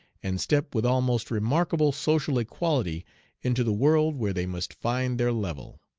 and step with almost remarkable social equality into the world where they must find their level.